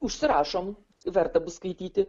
užsirašom verta bus skaityti